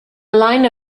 line